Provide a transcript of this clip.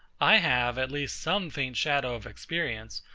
i have at least some faint shadow of experience,